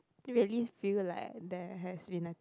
really feel like there has been a